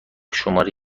شماره